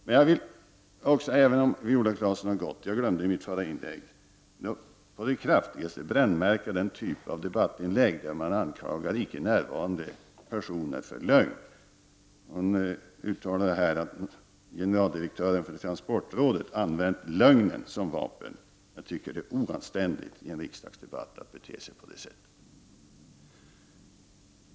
Men jag vill också säga, även om Viola Claesson har gått, att jag i mitt förra inlägg glömde att på det kraftigaste brännmärka den typ av debattinlägg där man anklagar icke närvarande personer för lögn. Hon uttalade här att generaldirektören för trafikrådet använt lögnen som vapen. Jag tycker att det är oanständigt att i en riksdagsdebatt bete sig på det sättet.